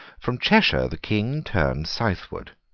from cheshire the king turned southward,